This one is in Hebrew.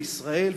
בישראל,